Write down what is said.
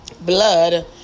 blood